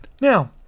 Now